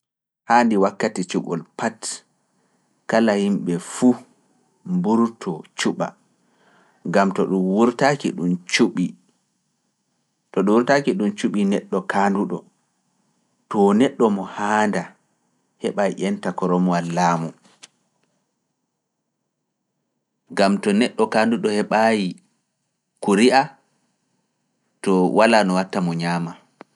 Haandi wakkati cuɓol pat kala yimɓe fuu mburtoo cuɓa, gam to ɗum wurtaaki ɗum cuɓi neɗɗo kaanduɗo. To neɗɗo mo haanda heɓa ƴenta koroomwal laamu, gam to neɗɗo kaanduɗo heɓaaki kuri'a, to walaa no watta mo ñaama.